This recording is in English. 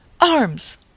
arms